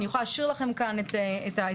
אני יכולה להשאיר לכם כאן את הדוח,